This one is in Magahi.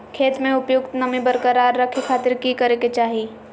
खेत में उपयुक्त नमी बरकरार रखे खातिर की करे के चाही?